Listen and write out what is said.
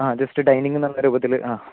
ആ just dining നല്ല രൂപത്തിൽ ആ